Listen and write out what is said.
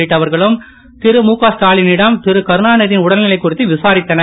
உள்ளிட்டவர்களும் திரு முகஸ்டாலி னிடம் திரு கருணாநிதி யின் உடல்நிலை குறித்து விசாரித்தனர்